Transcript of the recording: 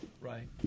Right